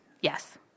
Yes